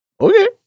okay